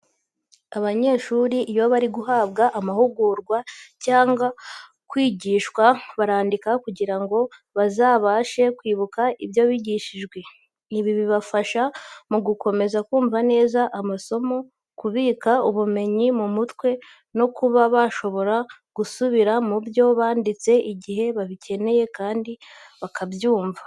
Abanyeshuri iyo bari guhabwa amahugurwa cyangwa kwigishwa barandika kugira ngo bazabashe kwibuka ibyo bigishijwe. Ibi bifasha mu gukomeza kumva neza amasomo, kubika ubumenyi mu mutwe no kuba bashobora gusubira mu byo banditse igihe babikeneye kandi bakabyumva.